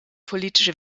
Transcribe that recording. politische